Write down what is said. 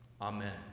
Amen